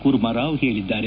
ಕೂರ್ಮರಾವ್ ಹೇಳಿದ್ದಾರೆ